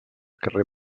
carrer